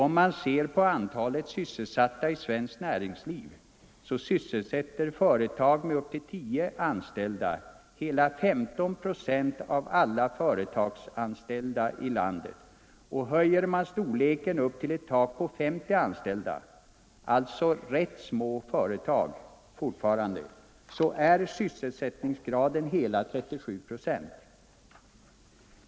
Om man ser på antalet sysselsatta i svenskt näringsliv finner man att företag med upp till 10 anställda sysselsätter hela 15 procent av alla företagsanställda i landet. Höjer man storleken upp till ett tak på 50 anställda — alltså fortfarande rätt små företag — finner man att andelen av det totala antalet företagssysselsatta är hela 37 procent.